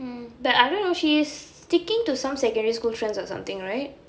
mm but I don't know she is sticking to some secondary school friends or something right